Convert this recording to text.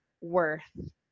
worth